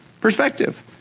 perspective